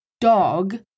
dog